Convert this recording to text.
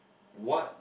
what